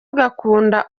ugakunda